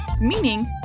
meaning